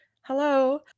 hello